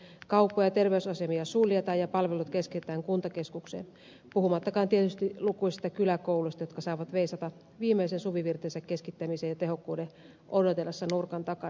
kauppoja ja terveysasemia suljetaan ja palvelut keskitetään kuntakeskukseen puhumattakaan tietysti lukuisista kyläkouluista jotka saavat veisata viimeisen suvivirtensä keskittämisen ja tehokkuuden odotellessa nurkan takana